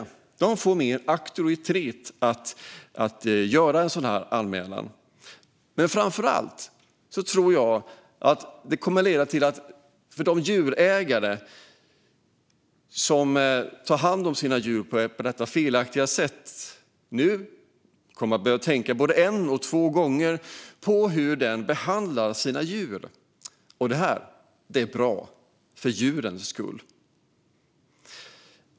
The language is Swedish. De får mer auktoritet att göra en anmälan. Framför allt tror jag att det kan leda till att djurägare som tar hand om sina djur på felaktigt sätt kommer att tänka både en och två gånger på hur de behandlar sina djur. Detta är bra, för djurens skull.